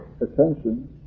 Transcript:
attention